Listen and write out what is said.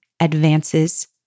advances